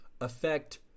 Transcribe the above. affect